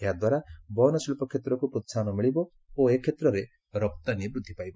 ଏହାଦ୍ୱାରା ବୟନଶିଳ୍ପ କ୍ଷେତ୍ରକୁ ପ୍ରୋହାହନ ମିଳିବ ଓ ଏ କ୍ଷେତ୍ରରେ ରପ୍ତାନୀ ବୃଦ୍ଧି ପାଇବ